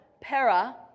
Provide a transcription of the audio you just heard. Para